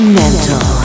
mental